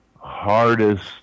hardest